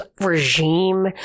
regime